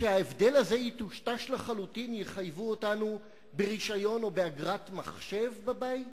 כשההבדל הזה יטושטש לחלוטין יחייבו אותנו ברשיון או באגרת מחשב בבית?